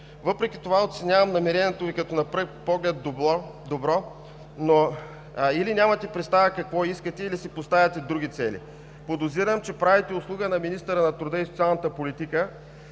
пръв поглед оценявам намерението Ви като добро, но или нямате представа какво искате, или си поставяте други цели. Подозирам, че правите услуга на министъра на труда и социалната политика,